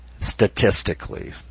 statistically